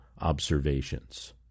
observations